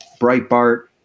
Breitbart